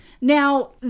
Now